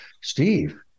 Steve